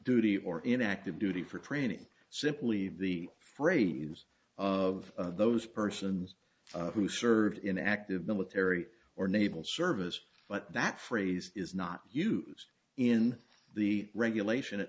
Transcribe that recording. duty or in active duty for training simply the phrase of those persons who served in active military or naval service but that phrase is not use in the regulation at